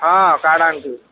ହଁ କାର୍ଡ଼ ଆଣିଥିବେ